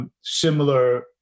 similar